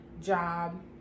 job